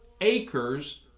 acres